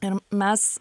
ir mes